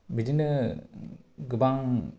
बिदिनो गोबां